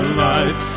life